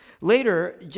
Later